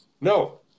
No